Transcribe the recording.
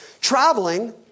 traveling